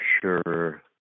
sure